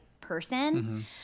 person